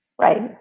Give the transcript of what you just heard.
Right